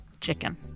chicken